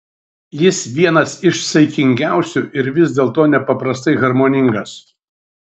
jis vienas iš saikingiausių ir vis dėlto nepaprastai harmoningas